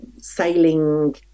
sailing